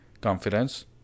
confidence